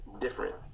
different